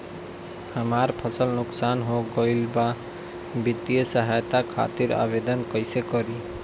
हमार फसल नुकसान हो गईल बा वित्तिय सहायता खातिर आवेदन कइसे करी?